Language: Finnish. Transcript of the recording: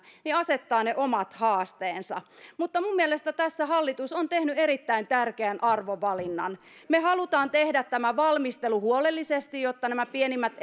asettaa omat haasteensa minun mielestäni hallitus on tehnyt tässä erittäin tärkeän arvovalinnan me haluamme tehdä tämän valmistelun huolellisesti jotta nämä pienimmät